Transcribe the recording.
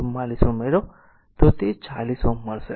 44 ઉમેરો તો તે 40 Ω મળશે